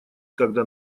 когда